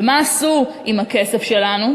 ומה עשו עם הכסף שלנו,